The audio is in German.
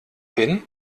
hin